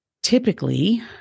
Typically